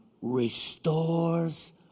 restores